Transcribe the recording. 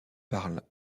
parle